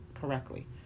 correctly